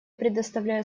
предоставляю